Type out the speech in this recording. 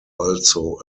also